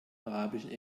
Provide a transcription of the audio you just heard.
arabischen